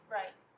right